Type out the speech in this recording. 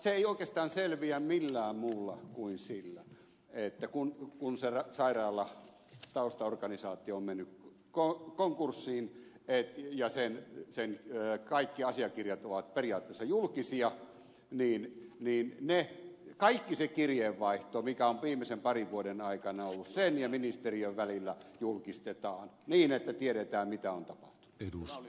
se ei oikeastaan selviä millään muulla kuin sillä että kun sen sairaalan taustaorganisaatio on mennyt konkurssiin ja sen kaikki asiakirjat ovat periaatteessa julkisia niin kaikki se kirjeenvaihto mikä on viimeisen parin vuoden aikana ollut sen ja ministeriön välillä julkistetaan niin että tiedetään mitä on tapahtunut